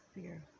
fear